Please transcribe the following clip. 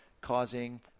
causing